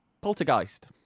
Poltergeist